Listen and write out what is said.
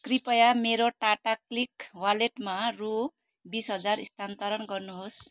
कृपया मेरो टाटाक्लिक वालेटमा रु बिस हजार स्थानान्तरण गर्नुहोस्